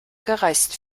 gereist